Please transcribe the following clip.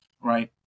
right